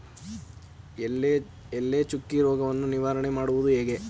ಎಲೆ ಚುಕ್ಕಿ ರೋಗವನ್ನು ನಿವಾರಣೆ ಮಾಡುವುದು ಹೇಗೆ?